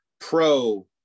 pro